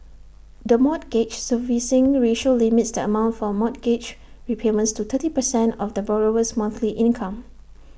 the mortgage servicing ratio limits the amount for mortgage repayments to thirty percent of the borrower's monthly income